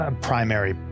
primary